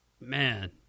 Man